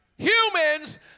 Humans